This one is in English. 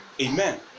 Amen